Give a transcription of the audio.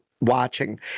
watching